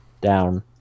down